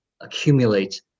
accumulate